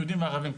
היהודים וערבים,